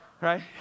right